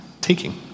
taking